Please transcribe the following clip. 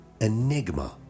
enigma